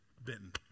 Benton